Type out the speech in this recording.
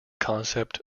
concept